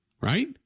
Right